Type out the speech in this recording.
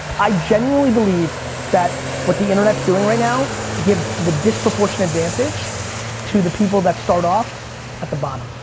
i genuinely believe that what the internet's doing right now gives the disproportion advantage to the people that start off at the bottom.